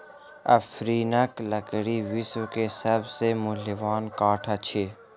African लकड़ी विश्व के सभ से मूल्यवान काठ अछि